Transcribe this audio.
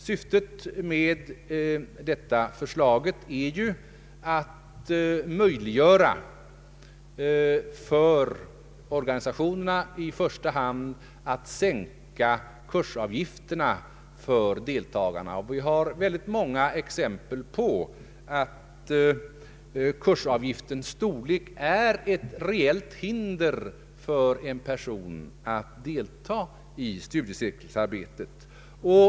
Syftet med detta förslag är att möjliggöra för organisationerna att i första hand sänka kursavgifterna för deltagarna. Vi har många exempel på att kursavgiftens storlek är ett starkt hinder för en person att delta i studiecirkelarbetet.